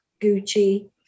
Gucci